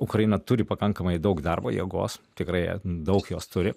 ukraina turi pakankamai daug darbo jėgos tikrai jie daug jos turi